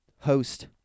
host